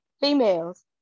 Females